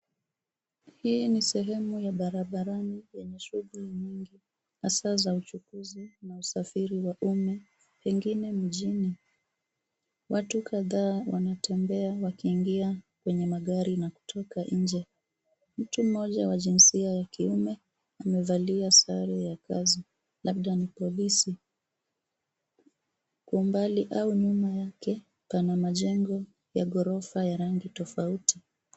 Hii ni sehemu ya barabarani yenye shughuli nyingi hasa za uchukuzi na usafiri wa umma pengine mjini. Watu kadhaa wanatembea wakiingia kwenye magari na kutoka nje. Mtu mmoja wa jinsia ya kiume amevalia sare ya kazi labda ni polisi. Kwa umbali au nyuma yake pana majengo ya ghorofa ya rangi tofauti.